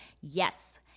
Yes